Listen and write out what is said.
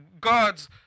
God's